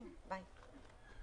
מ/1347.